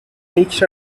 takes